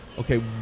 Okay